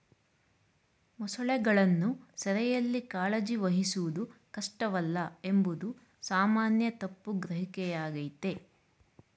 ಮೊಸಳೆಗಳನ್ನು ಸೆರೆಯಲ್ಲಿ ಕಾಳಜಿ ವಹಿಸುವುದು ಕಷ್ಟವಲ್ಲ ಎಂಬುದು ಸಾಮಾನ್ಯ ತಪ್ಪು ಗ್ರಹಿಕೆಯಾಗಯ್ತೆ